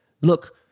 Look